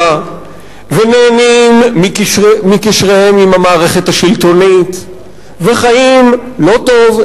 ונהנים מקשריהם עם המערכת השלטונית וחיים לא טוב,